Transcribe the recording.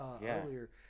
earlier